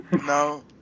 No